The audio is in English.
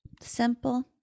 Simple